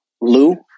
Lou